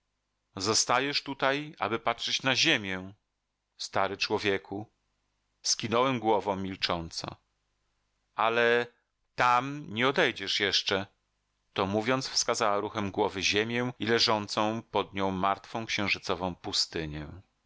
zostajesz tutaj aby patrzeć na ziemię stary człowieku skinąłem głową milcząco ale tam nie odejdziesz jeszcze to mówiąc wskazała ruchem głowy ziemię i leżącą pod nią martwą księżycową pustynię